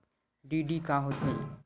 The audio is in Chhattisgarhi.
डी.डी का होथे?